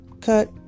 Cut